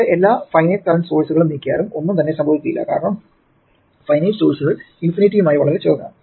ഇവിടെ എല്ലാ finite current സോഴ്സുകളും നീക്കിയാലും ഒന്നും തന്നെ സംഭവിക്കുകയില്ല കാരണം ഫൈനൈറ്റ് സോഴ്സുകൾ ഇൻഫിനിറ്റിയുമായി വളരെ ചെറുതാണ്